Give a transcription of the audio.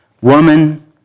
Woman